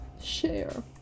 share